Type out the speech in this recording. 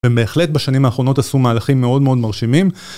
הם בהחלט בשנים האחרונות עשו מהלכים מאוד מאוד מרשימים.